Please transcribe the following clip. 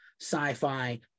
sci-fi